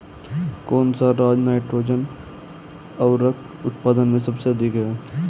कौन सा राज नाइट्रोजन उर्वरक उत्पादन में सबसे अधिक है?